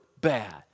bad